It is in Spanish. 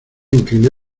incliné